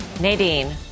Nadine